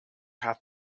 had